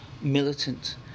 militant